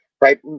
right